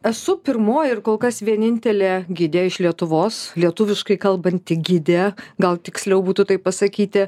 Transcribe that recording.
esu pirmoji ir kol kas vienintelė gidė iš lietuvos lietuviškai kalbanti gidė gal tiksliau būtų taip pasakyti